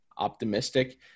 Optimistic